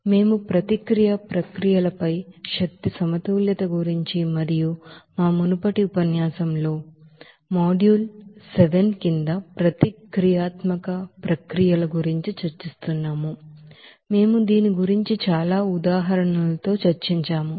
కాబట్టి మేము ప్రతిక్రియ ప్రక్రియలపై ఎనర్జీ బాలన్స్ గురించి మరియు మా మునుపటి ఉపన్యాసాలలో మరియు మాడ్యూల్ ఏడు కింద ప్రతిక్రియాత్మక ప్రక్రియల గురించి చర్చిస్తున్నాము మేము దీని గురించి చాలా ఉదాహరణలతో చర్చించాము